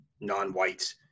non-white